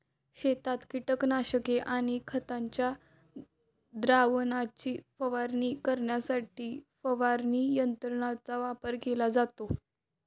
शेतात कीटकनाशके आणि खतांच्या द्रावणाची फवारणी करण्यासाठी फवारणी यंत्रांचा वापर केला जातो